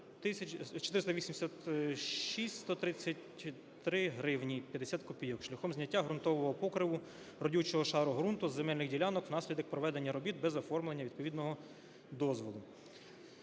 486133 гривні 50 копійок шляхом зняття ґрунтового покриву родючого шару ґрунту з земельних ділянок внаслідок проведення робіт без оформлення відповідного дозволу.